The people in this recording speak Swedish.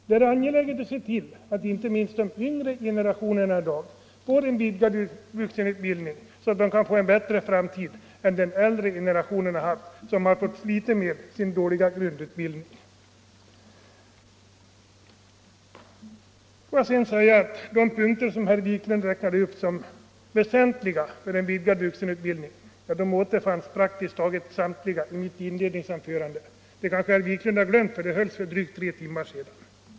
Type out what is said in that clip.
Det är angeläget att se till, att inte minst de yngre generationerna i dag får en vidgad vuxenutbildning, så att de kan få det bättre än den äldre generationen har haft, som har fått slita med sin dåliga grundutbildning. De punkter som herr Wiklund räknade upp som väsentliga för en vidgad vuxenutbildning återfanns praktiskt taget samtliga i mitt inledningsanförande — men det kanske herr Wiklund har glömt, för det hölls för drygt tre timmar sedan.